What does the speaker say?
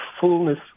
fullness